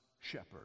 Shepherd